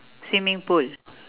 swimming pool